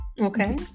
Okay